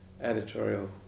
editorial